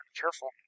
careful